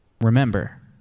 Remember